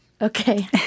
Okay